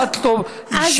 קראת לו אישית,